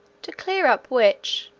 to clear up which,